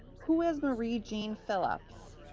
who is marie jean philip? so